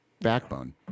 backbone